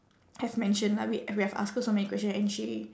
have mentioned lah we we have asked her so many question and she